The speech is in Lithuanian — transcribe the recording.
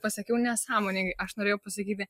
pasakiau nesąmoningai aš norėjau pasakyti